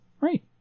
Right